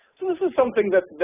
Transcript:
so this is something that,